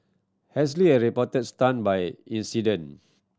Halsey is reportedly stunned by incident